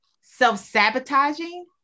self-sabotaging